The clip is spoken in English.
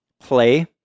play